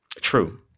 True